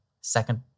second